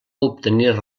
obtenir